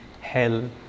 hell